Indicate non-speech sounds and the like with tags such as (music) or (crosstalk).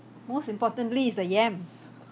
most importantly is the yam (laughs)